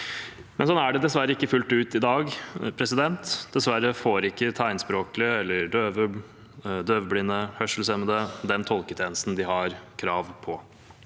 Slik er det dessverre ikke fullt ut i dag. Dessverre får ikke tegnspråklige eller døvblinde og hørselshemmede den tolketjenesten de har krav på